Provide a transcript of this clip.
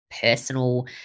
personal